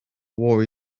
war